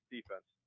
Defense